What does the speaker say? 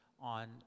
on